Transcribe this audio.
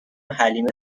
حلیمه